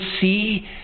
see